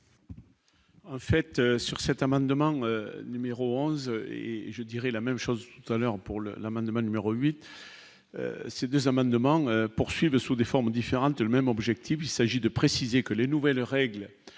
du. Faites sur cet amendement numéro 11 et je dirais la même chose, tout à l'heure pour le l'amendement numéro 8 ces 2 amendements poursuivent sous des formes différentes, le même objectif : il s'agit de préciser que les nouvelles règles